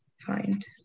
find